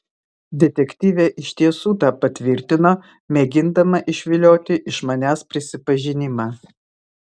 detektyvė iš tiesų tą patvirtino mėgindama išvilioti iš manęs prisipažinimą